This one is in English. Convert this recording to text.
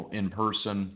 in-person